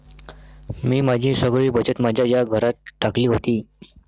मी माझी सगळी बचत माझ्या या घरात टाकली होती